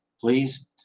Please